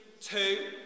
two